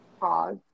pause